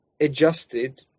adjusted